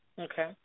Okay